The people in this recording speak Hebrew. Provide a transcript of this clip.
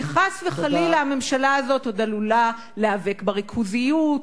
כי חס וחלילה הממשלה הזאת עוד עלולה להיאבק בריכוזיות,